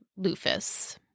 Lufus